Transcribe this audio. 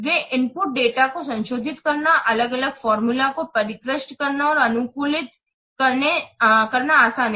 वे input data को संशोधित करना अलग अलग फार्मूला formula को परिष्कृत करना और अनुकूलित करना आसान है